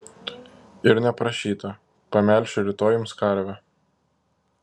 ir neprašyta pamelšiu rytoj jums karvę